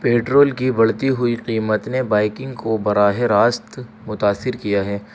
petrol کی بڑھتی ہوئی قیمت نے بائیکنگ کو براہ راست متاثر کیا ہے